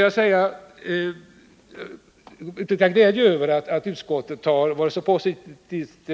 Jag vill uttrycka glädje över att utskottet varit så positivt